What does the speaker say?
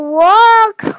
walk